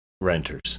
renters